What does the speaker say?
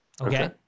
Okay